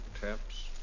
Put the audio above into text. taps